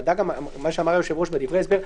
- כפי שאמר היושב ראש - בדברי ההסבר,